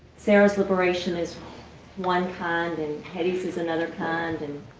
sarah's liberation is one kind and hetty's is another kind and